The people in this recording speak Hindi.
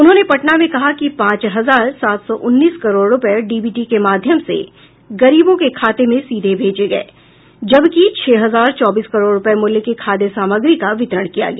उन्होंने पटना में कहा कि पांच हजार सात सौ उन्नीस करोड़ रूपये डीबीटी के माध्यमस से गरीबों के खाते में सीधे भेजे गये जबकि छह हजार चौबीस करोड़ रूपये मूल्य के खाद्य सामग्री का वितरण किया गया